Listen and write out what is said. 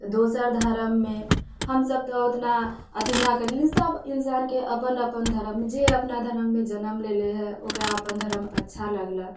दोसर धर्ममे हमसब तऽ ओतना अथी नहि कयली सब इंसानके अपन अपन धरम हय जे अपना धरममे जनम लेले हय ओकरा अपन धरम अच्छा लगलक